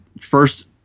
first